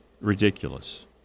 Ridiculous